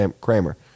Kramer